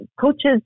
coaches